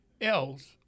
else